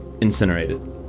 Incinerated